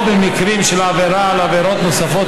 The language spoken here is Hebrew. או במקרים של עבירה על עבירות נוספות